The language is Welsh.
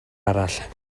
arall